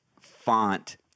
font